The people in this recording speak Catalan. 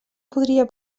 podria